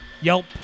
Yelp